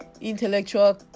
intellectual